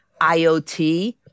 IOT